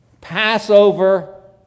Passover